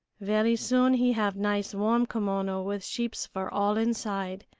very soon he have nice warm kimono with sheep's fur all inside.